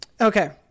Okay